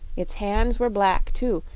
its hands were black, too,